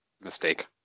mistake